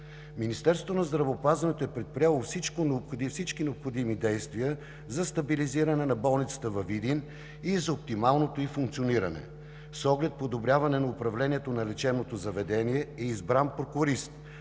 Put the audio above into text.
Министерството на здравеопазването е предприело всички необходими действия за стабилизиране на болницата във Видин и за оптималното ѝ функциониране. С оглед подобряване на управлението на лечебното заведение е избран прокурист